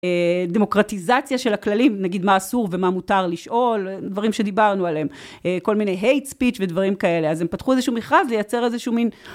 דמוקרטיזציה של הכללים, נגיד מה אסור ומה מותר לשאול, דברים שדיברנו עליהם, כל מיני hate speech ודברים כאלה, אז הם פתחו איזשהו מכרז לייצר איזשהו מין